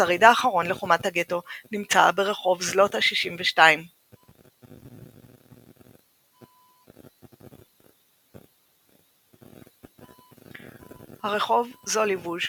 השריד האחרון לחומת הגטו נמצא ברחוב זלוטה 62. הרובע זוליבוז'